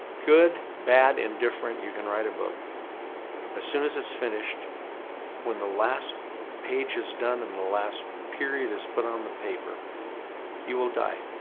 good, bad and different. you can write a book as soon as it's finished when the last page is done in the last period is put on the paper you will die